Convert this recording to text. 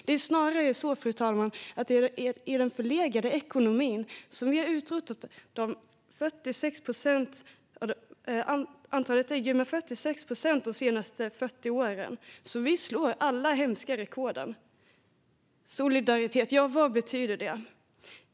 Det är snarare så, fru talman, att det är i den förlegade ekonomin som vi har utrotat mängden däggdjur med 46 procent de senaste 40 åren. Vi slår alla de hemska rekorden. Vad betyder solidaritet?